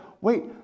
wait